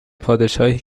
پادشاهی